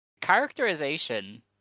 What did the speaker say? Characterization